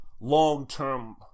long-term